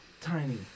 tiny